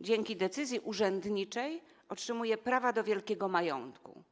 dzięki decyzji urzędniczej, otrzymuje prawa do wielkiego majątku.